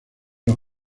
los